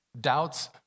Doubts